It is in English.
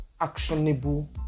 actionable